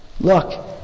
look